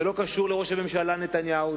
זה לא קשור לראש הממשלה נתניהו,